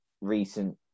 recent